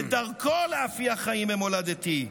ודרכו להפיח חיים במולדתי'".